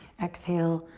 exhale,